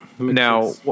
Now